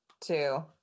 two